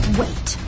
wait